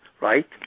right